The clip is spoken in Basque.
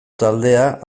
taldea